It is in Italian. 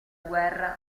guerra